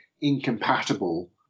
incompatible